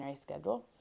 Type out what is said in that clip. schedule